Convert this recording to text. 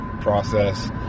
process